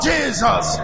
Jesus